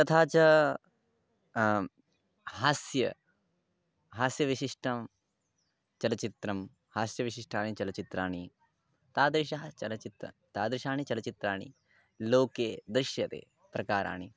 तथा च हास्यं हास्यविशिष्टं चलच्चित्रं हास्यविशिष्टानि चलच्चात्राणि तादृशानि चलच्चित्राणि तादृशानि चलचित्राणि लोके दृश्यन्ते प्रकाराणि